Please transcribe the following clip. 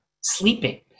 Sleeping